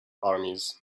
armies